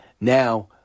Now